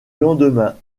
lendemain